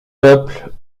peuples